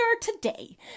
today